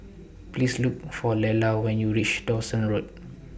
Please Look For Lela when YOU REACH Dawson Road